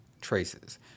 traces